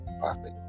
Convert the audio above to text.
perfect